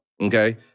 Okay